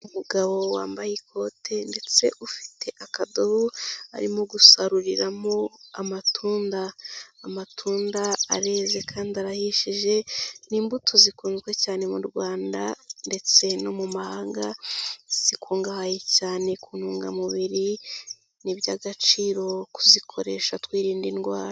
Umugabo wambaye ikote ndetse ufite akadobo, arimo gusaruriramo amatunda. Amatunda areze kandi arahishije, ni imbuto zikunzwe cyane mu Rwanda ndetse no mu mahanga, zikungahaye cyane ku ntungamubiri, ni iby'agaciro kuzikoresha twirinda indwara.